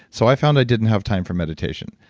so i found i didn't have time for meditation.